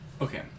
okay